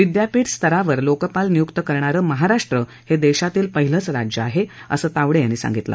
विद्यापीठ स्तरावर लोकपाल नियुक्त करणारे महाराष्ट्र हे देशातील पहिलेच राज्य आहे असं तावडे यांनी सांगितलं